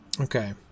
Okay